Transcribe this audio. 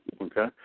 okay